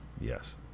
yes